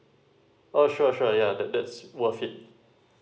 oh sure sure yeah that that's worth it